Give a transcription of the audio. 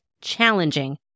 challenging